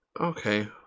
okay